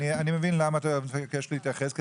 אני מבין למה אתה מבקש להתייחס: כי